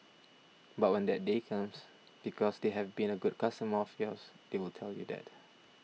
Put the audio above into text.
but when that day comes because they have been a good customer of yours they will tell you that